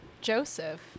joseph